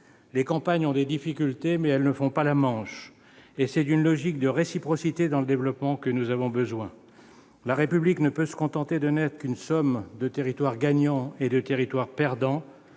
Les campagnes ont des difficultés, mais elles ne font pas la manche. C'est d'une logique de réciprocité dans le développement que nous avons besoin. La République ne peut pas se contenter de n'être qu'une somme de territoires gagnants et de territoires perdants.